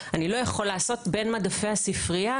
אני לא יכול לעשות בין מדפי הספרייה,